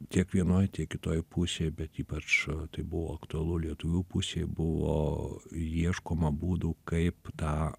tiek vienoj tiek kitoj pusėj bet ypač tai buvo aktualu lietuvių pusėj buvo ieškoma būdų kaip tą